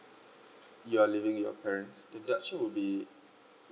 you are living with your parents deduction will be